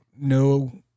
No